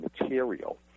material